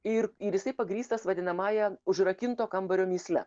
ir ir jisai pagrįstas vadinamąja užrakinto kambario mįslę